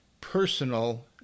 personal